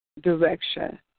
direction